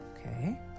Okay